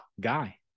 guy